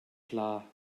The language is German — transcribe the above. klar